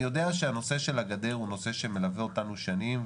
אני יודע שהנושא של הגדר הוא נושא שמלווה אותנו שנים,